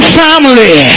family